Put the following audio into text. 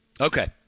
Okay